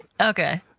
Okay